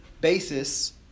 basis